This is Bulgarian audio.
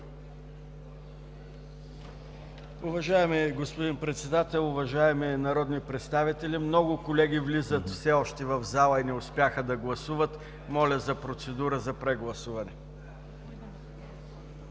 Уважаеми господин Председател, уважаеми народни представители! Много колеги все още влизат в залата и не успяха да гласуват. Моля за процедура за прегласуване.